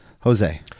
Jose